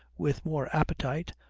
with more appetite,